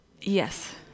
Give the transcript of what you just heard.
yes